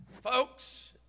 Folks